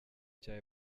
cya